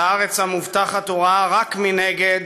את הארץ המובטחת הוא ראה רק מנגד,